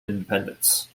independence